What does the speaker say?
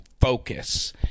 focus